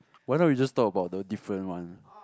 why don't we just talk about the different one